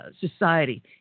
society